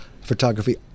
photography